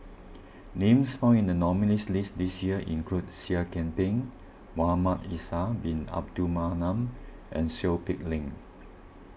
names found in the nominees' list this year include Seah Kian Peng Muhamad Faisal Bin Abdul Manap and Seow Peck Leng